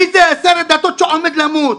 מי זה שר הדתות שעומד למות?